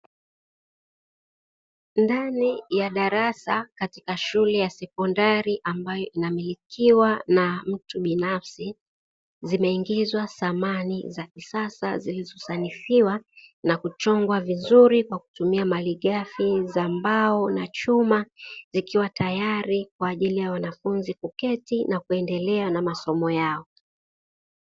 Ndani ya darasa katika shule ya sekondari ambayo inamilikiwa na mtu binafsi, zimeingizwa samani za kisasa zilizosanifiwa na kuchongwa vizuri kwa kutumia malighafi za mbao na chuma, zikiwa tayari kwa ajili yao wanafunzi kuketi na kuendelea na masomo yao.